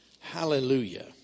Hallelujah